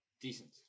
decent